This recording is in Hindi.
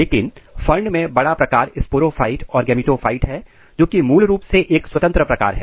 लेकिन फर्न में बड़ा प्रकार स्पोरोफाइट और गेमिटोफाइट है जोकि मूल रूप से एक स्वतंत्र प्रकार है